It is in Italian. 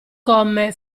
come